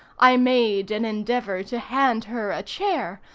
i made an endeavor to hand her a chair,